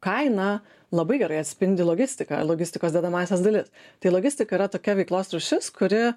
kaina labai gerai atspindi logistiką logistikos dedamąsias dalis tai logistika yra tokia veiklos rūšis kuri